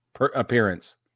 appearance